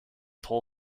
toll